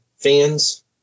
fans